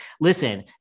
Listen